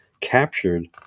captured